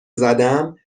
زدم